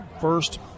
first